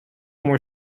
more